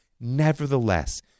nevertheless